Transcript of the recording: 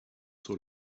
sort